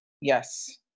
Yes